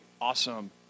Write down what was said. awesome